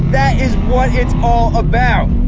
that is what it's all about!